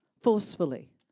Forcefully